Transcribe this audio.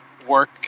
Work